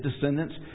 descendants